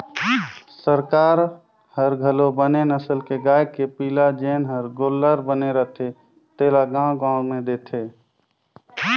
सरकार हर घलो बने नसल के गाय के पिला जेन हर गोल्लर बने रथे तेला गाँव गाँव में देथे